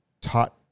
taught